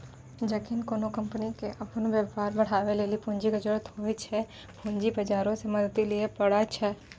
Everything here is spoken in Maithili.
जखनि कोनो कंपनी के अपनो व्यापार बढ़ाबै लेली पूंजी के जरुरत होय छै, पूंजी बजारो से मदत लिये पाड़ै छै